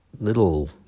little